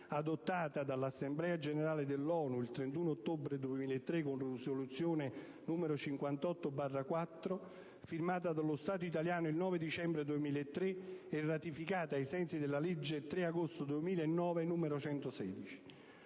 adottata dall'Assemblea generale dell'ONU il 31 ottobre 2003, con risoluzione 58/4, firmata dallo Stato italiano il 9 dicembre 2003 e ratificata ai sensi della legge 3 agosto 2009, n. 116.